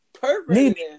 Perfect